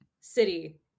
city